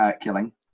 killing